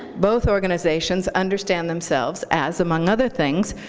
both organizations understand themselves as, among other things,